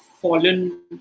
fallen